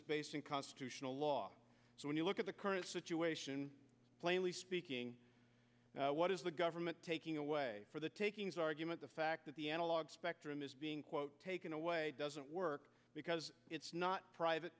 basic constitutional law so when you look at the current situation plainly speaking what is the government taking away for the takings argument the fact that the analog spectrum is being quote taken away doesn't work because it's not private